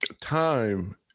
Time